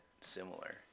similar